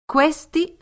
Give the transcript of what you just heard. Questi